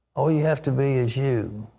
all you have to be is you.